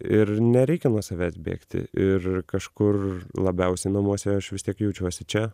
ir nereikia nuo savęs bėgti ir kažkur labiausiai namuose aš vis tiek jaučiuosi čia